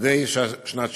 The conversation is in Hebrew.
מתנדבי שנת שירות,